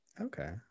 Okay